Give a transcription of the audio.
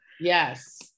yes